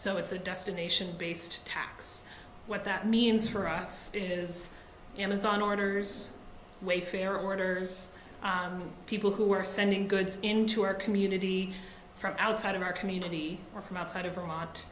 so it's a destination based tax what that means for us is amazon orders wayfarer orders people who are sending goods into our community from outside of our community or from outside of